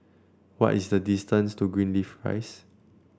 why is the distance to Greenleaf Rise